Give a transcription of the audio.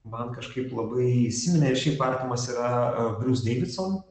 man kažkaip labai įsiminė ir šiaip artimas yra brius deividson